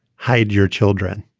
hide your children